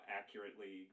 accurately